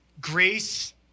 Grace